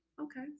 okay